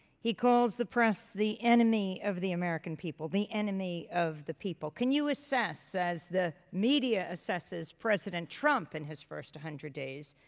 he calls the press the enemy of the american people, the enemy of the people. can you assess, as the media assesses president trump in his first hundred days,